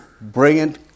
Brilliant